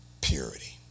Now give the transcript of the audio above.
purity